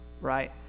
right